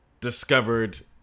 discovered